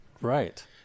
Right